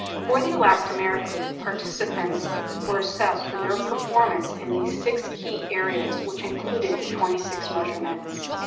for the elastomeric group, participants were assessed for their performance in these six key areas, which included twenty six measurements.